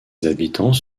habitants